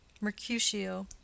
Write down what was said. Mercutio